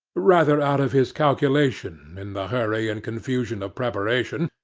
rather out of his calculation in the hurry and confusion of preparation,